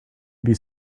would